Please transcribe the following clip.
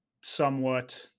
somewhat